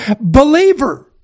believer